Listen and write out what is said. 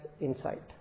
insight